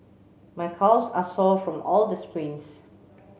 my calves are sore from all the sprints